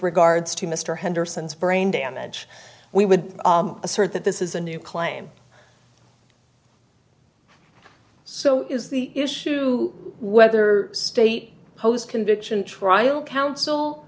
regards to mr henderson's brain damage we would assert that this is a new claim so is the issue whether state post conviction trial counsel